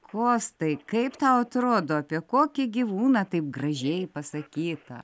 kostai kaip tau atrodo apie kokį gyvūną taip gražiai pasakyta